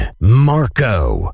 Marco